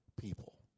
people